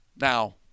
now